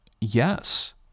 Yes